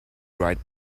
right